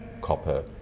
copper